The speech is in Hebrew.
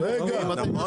מה,